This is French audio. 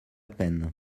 peine